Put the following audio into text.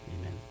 amen